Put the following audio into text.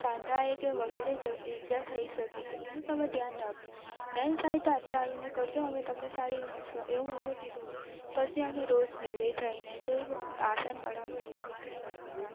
સાંધા એ કે વગેરે જ ઇજા થઈ શકે છે એનું તમે ધ્યાન રાખજો નહીં થાય તો આટલે આવીને કરજો અમે તમને સારી રીતના શીખવા એવું મેમે કીધું હતું પછી અમે રોજ ઘેરે જઈને તે આસન બરાબર રીતે કરતા હતા